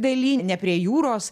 daly ne prie jūros